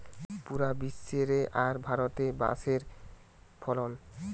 পুরা বিশ্ব রে আর ভারতে বাঁশের ফলন